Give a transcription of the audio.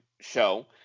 show